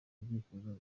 ibyifuzo